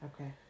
Okay